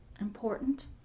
important